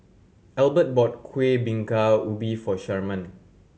Elbert bought Kueh Bingka Ubi for Sharman